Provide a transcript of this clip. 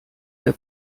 der